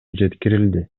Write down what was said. жеткирилди